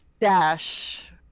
dash